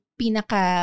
pinaka